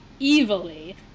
evilly